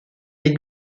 les